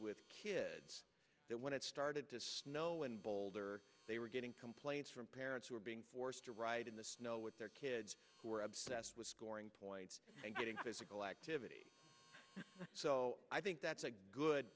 with kids when it started to snow in boulder they were getting complaints from parents who were being forced to ride in the snow they're kids who are obsessed with scoring points and getting physical activity so i think that's a good